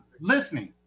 listening